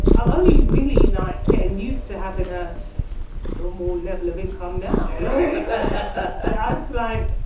i'm only really like getting used to having a normal level of income now ah ah like,